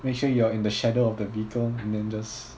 make sure you are in the shadow of the vehicle and then just